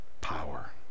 power